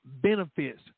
benefits